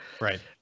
Right